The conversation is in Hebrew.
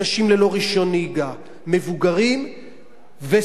אנשים ללא רשיון נהיגה, מבוגרים וסטודנטים.